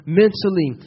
mentally